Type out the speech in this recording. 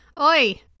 Oi